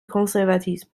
conservatisme